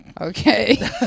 Okay